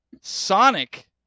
Sonic